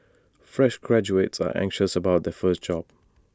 fresh graduates are always anxious about their first job